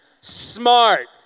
smart